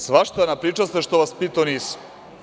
Svašta napričaste što vas pitao nisam.